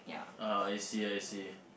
ah I see I see